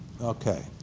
Okay